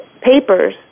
papers